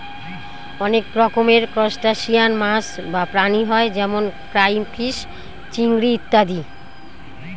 অনেক রকমের ত্রুসটাসিয়ান মাছ বা প্রাণী হয় যেমন ক্রাইফিষ, চিংড়ি ইত্যাদি